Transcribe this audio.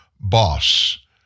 boss